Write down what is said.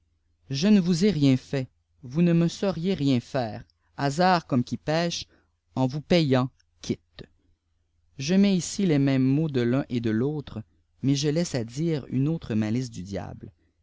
je ne vous ai rien fait vous ne me sauriez rien faire basard comme qui pèche en vous payant quitte je mets ici les mêmes mots de l'un et de l'autre mais je laisse à dire une autre malice du diable